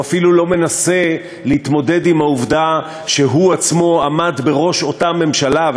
הוא אפילו לא מנסה להתמודד עם העובדה שהוא עצמו עמד בראש אותה ממשלה,